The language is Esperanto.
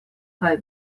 kaj